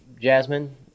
Jasmine